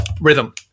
rhythm